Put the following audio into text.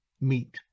meet